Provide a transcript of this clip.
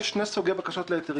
יש שני סוגי בקשות להיתרים